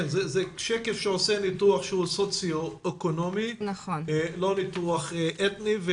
זה שקף שעושה ניתוח שהוא סוציו אקונומי ולא ניתוח אתני.